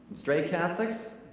straight catholics?